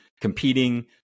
competing